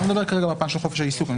אני מדבר כרגע בפן של חופש העיסוק.